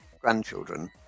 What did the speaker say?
grandchildren